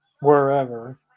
wherever